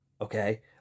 Okay